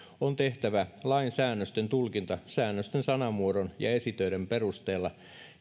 on tehtävä lainsäännösten tulkinta säännösten sanamuodon ja esitöiden perusteella